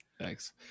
thanks